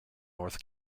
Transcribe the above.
north